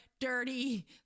dirty